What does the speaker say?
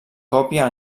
còpia